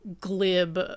glib